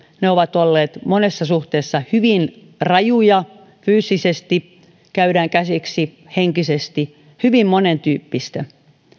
ovat olleet monessa suhteessa hyvin rajuja fyysisesti käydään käsiksi henkisesti hyvin monentyyppistä